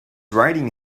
riding